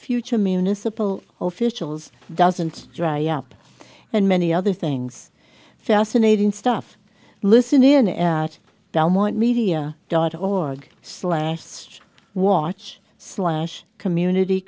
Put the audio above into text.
future municipal oficial is doesn't dry up and many other things fascinating stuff listen in at belmont media dot org slash sed watch slash community